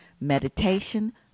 meditation